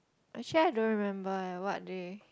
actually I don't remember leh what they